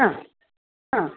ആ ആ